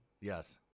Yes